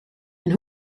een